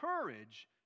courage